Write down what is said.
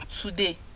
today